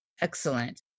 Excellent